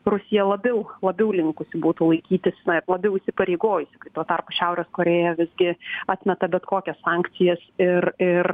rusija labiau labiau linkusi būtų laikytis na ir labiau įsipareigojusi tuo tarpu šiaurės korėja visgi atmeta bet kokias sankcijas ir ir